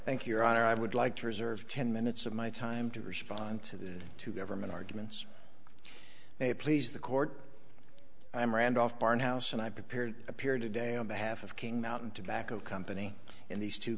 thank your honor i would like to reserve ten minutes of my time to respond to the two government arguments please the court i am randolph barn house and i prepared appeared today on behalf of king mountain tobacco company in these two